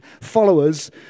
followers